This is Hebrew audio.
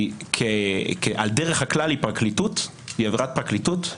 על דרך הכלל היא עבירת פרקליטות,